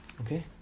Okay